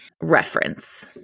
reference